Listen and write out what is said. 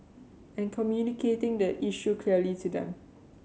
and communicating the issue clearly to them